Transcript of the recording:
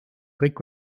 kõik